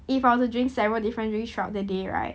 if I were to drink several different drinks throughout the day right